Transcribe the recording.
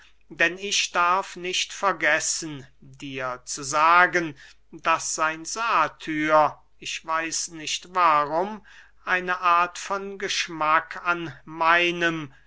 denn ich darf nicht vergessen dir zu sagen daß sein satyr ich weiß nicht warum eine art von geschmack an meinem